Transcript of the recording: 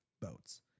boats